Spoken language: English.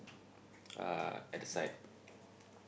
uh at the side